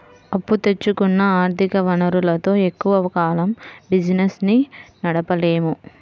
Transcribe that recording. అప్పు తెచ్చుకున్న ఆర్ధిక వనరులతో ఎక్కువ కాలం బిజినెస్ ని నడపలేము